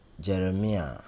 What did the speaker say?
Jeremiah